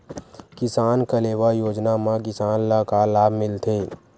किसान कलेवा योजना म किसान ल का लाभ मिलथे?